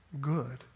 good